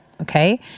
Okay